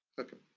okay,